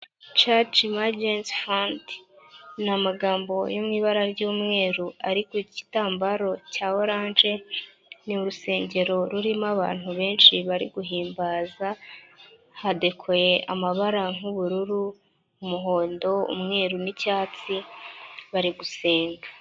Church Emergencey Fund ni amagambo yo mu ibara ry'umweru ariko ku gitambaro cya orange, ni urusengero rurimo abantu benshi bari guhimbaza, hadekoye amabara nk'ubururu umuhondo, umweru n'icyatsi bari gusenga.